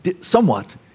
somewhat